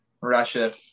Russia